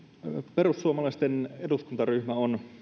perussuomalaisten eduskuntaryhmä on